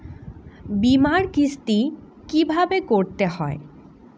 বিমার কিস্তি কিভাবে করতে হয়?